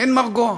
אין מרגוע.